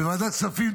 בוועדת הכספים,